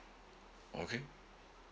okay